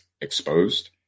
exposed